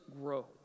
grow